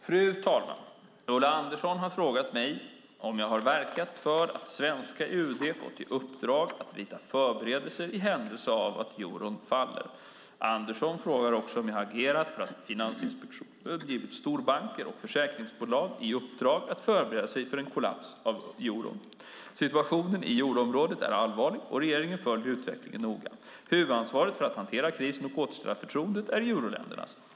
Fru talman! Ulla Andersson har frågat mig om jag har verkat för att svenska UD fått i uppdrag att vidta förberedelser i händelse av att euron faller. Andersson frågar också om jag har agerat för att Finansinspektionen givit storbanker och försäkringsbolag i uppdrag att förbereda sig för en kollaps av euron. Situationen i euroområdet är allvarlig och regeringen följer utvecklingen noga. Huvudansvaret för att hantera krisen och återställa förtroendet är euroländernas.